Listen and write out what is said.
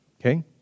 Okay